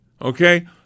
Okay